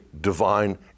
divine